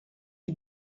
est